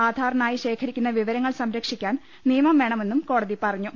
ആധാറിനായി ശേഖരിക്കുന്ന വിവരങ്ങൾ സംരക്ഷിക്കാൻ നിയമം വേണമെന്നും കോടതി പറഞ്ഞു